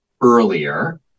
earlier